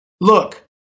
Look